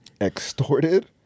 Extorted